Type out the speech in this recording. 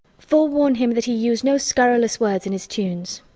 forewarn him that he use no scurrilous words in his tunes.